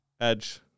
Edge